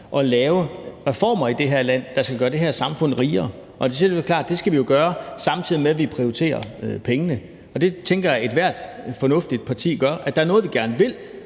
at lave reformer i det her land, der skal gøre det her samfund rigere, og det siger vi klart at vi skal gøre, samtidig med at vi prioriterer brugen af pengene. Det tænker jeg at ethvert fornuftigt parti gør. Der er noget, vi gerne vil,